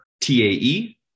TAE